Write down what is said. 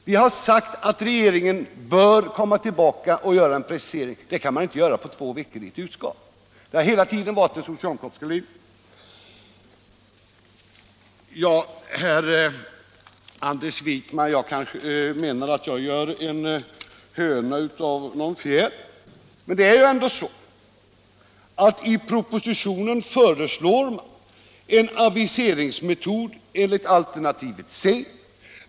Vi har också hävdat att regeringen bör komma tillbaka och göra en precisering, för den kan man inte göra på två veckor i ett utskott. Detta har hela tiden varit den socialdemokratiska linjen. Herr Anders Wijkman menar att jag gör en höna av en fjäder. Men i propositionen föreslår man ju en aviseringsmetod enligt alternativ C.